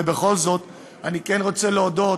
ובכל זאת אני כן רוצה להודות,